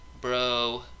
Bro